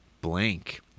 blank